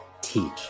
teach